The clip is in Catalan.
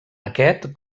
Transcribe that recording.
aquest